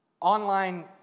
Online